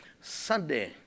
Sunday